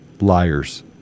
liars